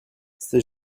ces